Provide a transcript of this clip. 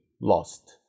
lost